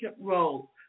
role